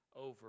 over